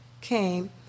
came